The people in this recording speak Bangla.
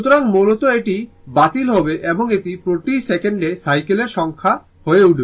সুতরাং মূলত এটি বাতিল হবে এবং এটি প্রতি সেকেন্ডে সাইকেলের সংখ্যা হয়ে উঠবে